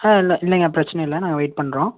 ஆ இல்லை இல்லைங்க பிரச்சின இல்லை நாங்கள் வெயிட் பண்ணுறோம்